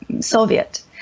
Soviet